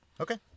Okay